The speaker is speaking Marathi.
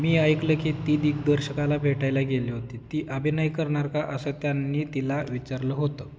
मी ऐकलं की ती दिग्दर्शकाला भेटायला गेली होती ती अभिनय करणार का असं त्यांनी तिला विचारलं होतं